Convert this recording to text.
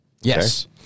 Yes